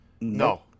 No